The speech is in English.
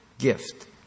gift